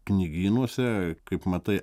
knygynuose kaip matai